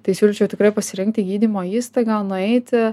tai siūlyčiau tikrai pasirinkti gydymo įstaigą nueiti